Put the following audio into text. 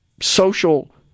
social